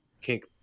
kink